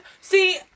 See